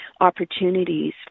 opportunities